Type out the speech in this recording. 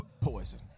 Poison